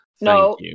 No